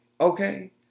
Okay